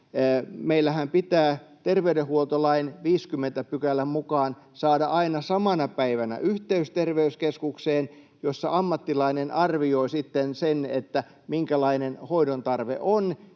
meillähän pitää terveydenhuoltolain 50 §:n mukaan saada aina samana päivänä yhteys terveyskeskukseen, jossa ammattilainen arvioi sitten, minkälainen hoidontarve on,